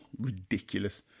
Ridiculous